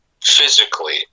physically